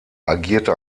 agierte